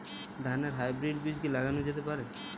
ধানের হাইব্রীড বীজ কি লাগানো যেতে পারে?